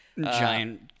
Giant